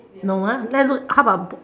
no ah let look how about book